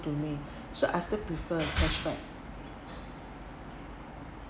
to me so I still prefer a cashback